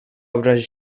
obrazi